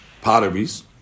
potteries